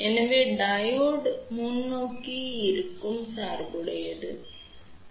எனவே டையோடு முன்னோக்கி இருக்கும்போது சார்புடையது சரி